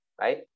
right